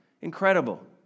Incredible